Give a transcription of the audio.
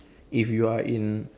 if you are in